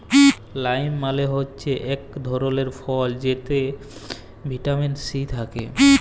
lime মালে হচ্যে ইক ধরলের ফল যেটতে ভিটামিল সি থ্যাকে